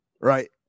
right